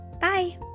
Bye